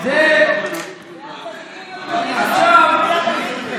מה עם הטבילה במקווה?